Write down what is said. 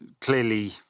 clearly